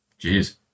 Jeez